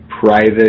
private